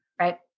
right